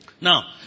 Now